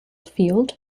field